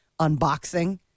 unboxing